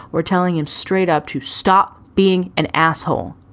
or telling him straight up to stop being an asshole.